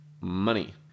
money